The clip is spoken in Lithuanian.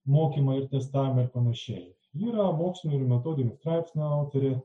mokymą ir testavimą ir panašiai ji yra mokslinių metodinių straipsnių autorė